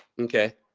okay.